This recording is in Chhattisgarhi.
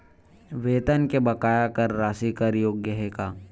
वेतन के बकाया कर राशि कर योग्य हे का?